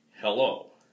Hello